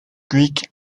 greek